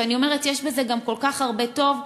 ואני אומרת שיש בזה כל כך הרבה טוב.